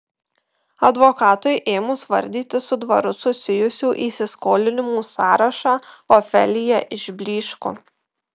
advokatui ėmus vardyti su dvaru susijusių įsiskolinimų sąrašą ofelija išblyško